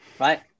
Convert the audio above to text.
Right